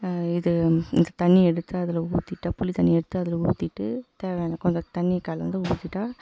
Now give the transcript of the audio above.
இது தண்ணியை எடுத்து அதில் ஊத்திவிட்டா புளி தண்ணியை எடுத்து அதில் ஊத்திவிட்டு தேவையான கொஞ்சம் தண்ணி கலந்து ஊத்திவிட்டா